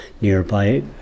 nearby